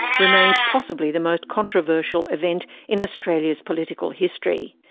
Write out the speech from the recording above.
remains possibly the most controversial event in australia's political history.